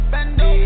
Bando